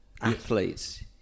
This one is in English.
Athletes